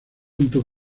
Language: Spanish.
junto